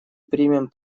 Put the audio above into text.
примем